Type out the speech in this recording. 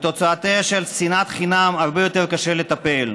בתוצאותיה של שנאת חינם הרבה יותר קשה לטפל.